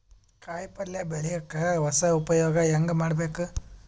ಕಾಯಿ ಪಲ್ಯ ಬೆಳಿಯಕ ಹೊಸ ಉಪಯೊಗ ಹೆಂಗ ಮಾಡಬೇಕು?